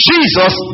Jesus